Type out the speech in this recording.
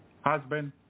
husband